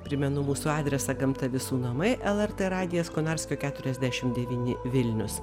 primenu mūsų adresą gamta visų namai lrt radijas konarskio keturiasdešim devyni vilnius